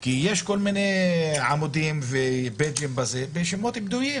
כי יש כל מיני עמודים בשמות בדויים.